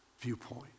viewpoint